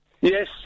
Yes